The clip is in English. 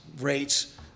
rates